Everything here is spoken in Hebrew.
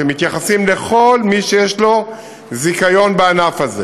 שבה מתייחסים לכל מי שיש לו זיכיון בענף הזה,